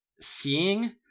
seeing